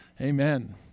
Amen